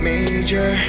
Major